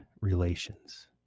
relations